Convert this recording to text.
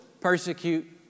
persecute